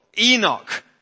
Enoch